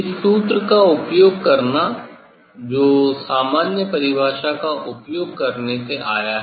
इस सूत्र का उपयोग करना जो सामान्य परिभाषा का उपयोग करने से आया है